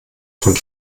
von